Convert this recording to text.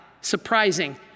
Surprising